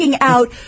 out